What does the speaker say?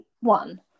one